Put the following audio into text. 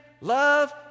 Love